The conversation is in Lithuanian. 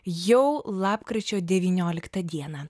jau lapkričio devynioliktą dieną